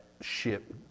ship